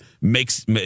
makes